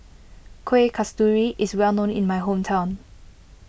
Kuih Kasturi is well known in my hometown